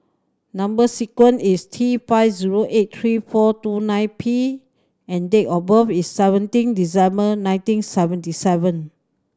number sequence is T five zero eight three four two nine P and date of birth is seventeen December nineteen seventy seven